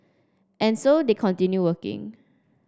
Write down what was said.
and so they continue working